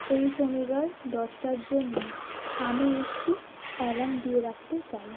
এই শনিবার দশটার জন্য আমি একটি অ্যালার্ম দিয়ে রাখতে চাই